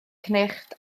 cnicht